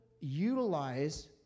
utilize